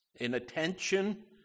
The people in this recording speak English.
inattention